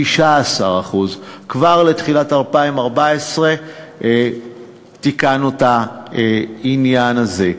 16%. כבר לתחילת 2014 תיקנו את העניין הזה.